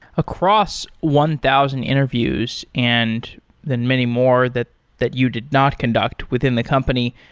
across one thousand interviews and then many more that that you did not conduct within the company,